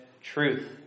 truth